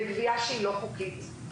בגבייה שהיא לא חוקית.